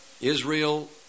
Israel